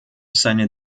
seine